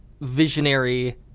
visionary